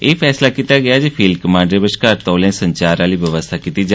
एह् फैसला कीता गेआ जे फील्ड कमांडरें बश्कार तौलें संचार व्यवस्था कीती जा